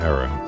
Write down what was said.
Era